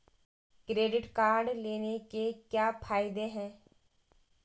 Credit card लेने के क्या फायदे हैं?